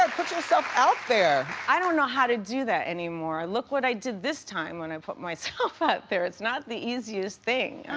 put yourself out there. i don't know how to do that anymore. look what i did this time when i put myself out there. it's not the easiest thing.